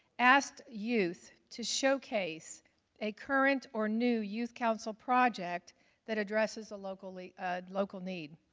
asked youth to showcase a current or new youth council project that addresses a local a local need.